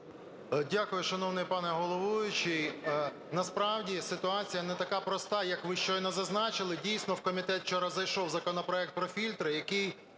Дякую, шановний пане головуючий. Насправді, ситуація не така проста, як ви щойно зазначили. Дійсно. В комітет вчора зайшов законопроект про фільтри, який,